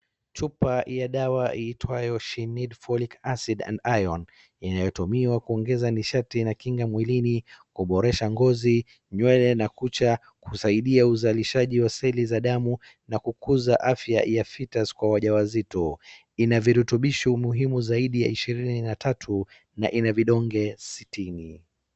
Chupa ya dawa iitwayo She Need Foli acid and iron inayotumiwa kuongeza nishati na kinga mwilini, kuboresh ngozi, nywele na kucha. Kusaidia uzalishaji wa seli za damu na kukuza afya ya foetus kwa wajawazito. Ina virutubisho muhimu zaidi ya ishirini na tatu na ina vidonge sitini.